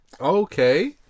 Okay